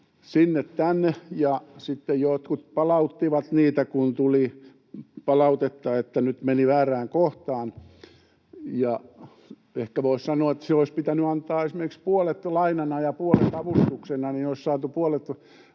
sinne tänne ja sitten jotkut palauttivat niitä, kun tuli palautetta, että nyt meni väärään kohtaan. Ehkä voisi sanoa, että olisi pitänyt antaa esimerkiksi puolet lainana ja puolet avustuksena, niin olisi saatu puolet